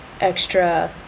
extra